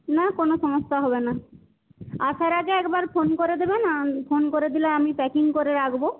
না কোনও সমস্যা হবে না আসার আগে একবার ফোন করে দেবেন ফোন করে দিলে আমি প্যাকিং করে রাখব